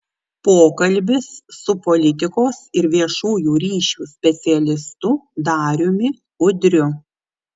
pokalbis su politikos ir viešųjų ryšių specialistu dariumi udriu